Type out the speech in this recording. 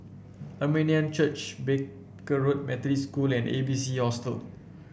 Armenian Church Barker Road Methodist School and A B C Hostel